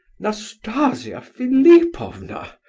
nastasia philipovna!